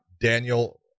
Daniel